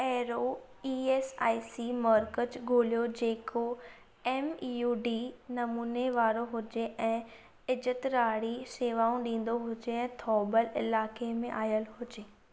अहिड़ो ई S I C मर्कज़ु ॻोल्हियो जेको एम ईयूडी नमूने वारो हुजे ऐं इज़तिरारी शेवाऊं ॾींदो हुजे ऐं थोउबल इलाइक़े में आयल हुजे